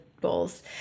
bowls